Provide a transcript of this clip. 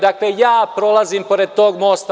Dakle, ja prolazim pored tog mosta.